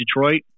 Detroit